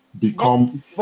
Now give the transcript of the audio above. Become